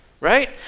right